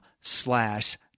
slash